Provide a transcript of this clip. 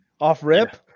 off-rip